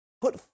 put